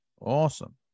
Awesome